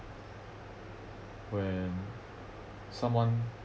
when someone